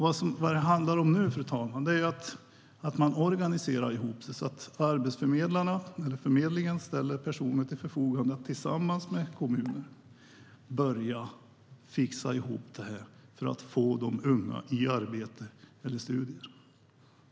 Vad det handlar om nu, fru talman, är att man organiserar ihop sig så att Arbetsförmedlingen ställer personer till förfogande som tillsammans med kommunerna kan börja fixa ihop det här för att få de unga i arbete eller studier.